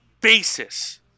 basis